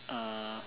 uh